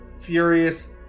furious